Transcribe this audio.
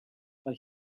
but